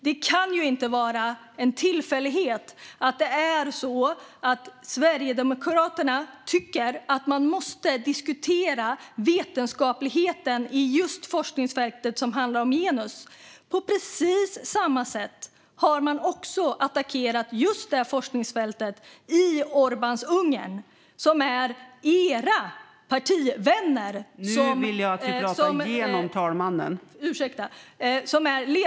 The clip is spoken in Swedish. Det kan inte vara en tillfällighet att Sverigedemokraterna tycker att man måste diskutera vetenskapligheten i just det forskningsfält som handlar om genus. På precis samma sätt har man också attackerat just det forskningsfältet i Orbáns Ungern där era partivänner styr. Ursäkta!